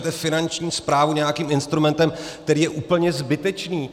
Finanční správu nějakým instrumentem, který je úplně zbytečný.